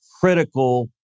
critical